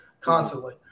constantly